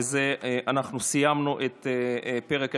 בזה סיימנו את פרק השאילתות.